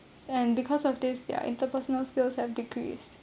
and because of this their interpersonal skills have decreased